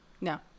No